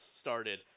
started